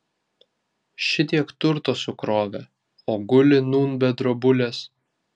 šitiek turto sukrovė o guli nūn be drobulės